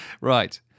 Right